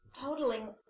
totaling